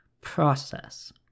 process